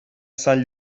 sant